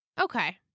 Okay